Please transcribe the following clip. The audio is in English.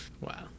Wow